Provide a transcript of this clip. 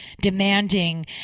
demanding